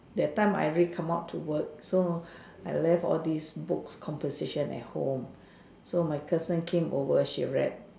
that time I already come out to work so I left all these books composition at home so my cousin came over she read